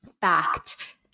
fact